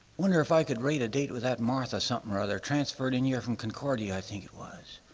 wonder if i could rate a date with that martha something or other, transferred in you're from concordia, i think it was.